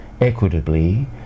equitably